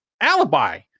alibi